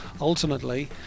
ultimately